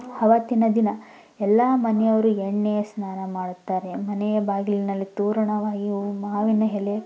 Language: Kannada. ಅವತ್ತಿನ ದಿನ ಎಲ್ಲ ಮನೆಯವರು ಎಣ್ಣೆ ಸ್ನಾನ ಮಾಡುತ್ತಾರೆ ಮನೆಯ ಬಾಗಿಲಿನಲ್ಲಿ ತೋರಣವಾಗಿಯು ಮಾವಿನ ಎಲೆ